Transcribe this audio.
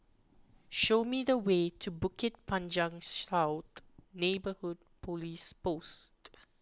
show me the way to Bukit Panjang South Neighbourhood Police Post